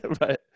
Right